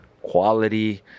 quality